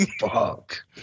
fuck